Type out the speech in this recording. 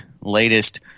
latest